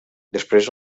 després